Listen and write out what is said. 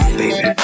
baby